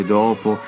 dopo